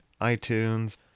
iTunes